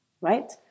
Right